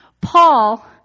Paul